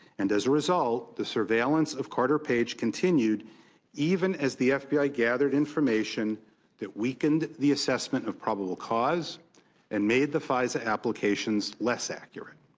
and as a result, the surveillance of carter page continued even as the f b i. gathered information that weakened the assessment of probable cause and made the fisa applications less accurate.